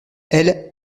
elles